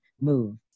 move